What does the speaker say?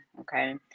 okay